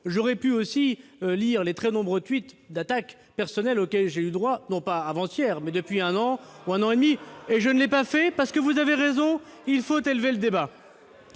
Gouvernement -, lire les très nombreux tweets d'attaques personnelles auxquels j'ai eu droit, non pas avant-hier, mais depuis un an et demi. Je ne l'ai pas fait, parce que, vous avez raison, il faut élever le débat.